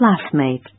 classmate